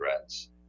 threats